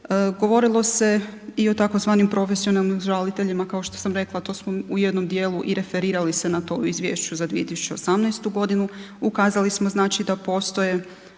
Govorilo se i o tzv. profesionalnim žaliteljima, kao što sam rekla a to smo u jednom dijelu i referirali se na to izvješće za 2018., ukazali smo znači da postoji